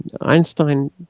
Einstein